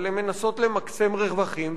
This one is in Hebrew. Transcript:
אבל הן מנסות למקסם רווחים,